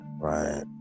right